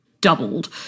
doubled